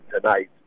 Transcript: tonight